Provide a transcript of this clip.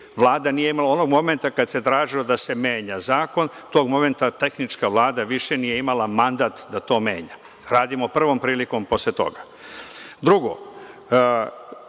Vlada nije imala onog momenta kada se tražilo da se menja zakon, tog momenta tehnička Vlada više nije imala mandat da to menja, radimo prvom prilikom posle toga. Drugo,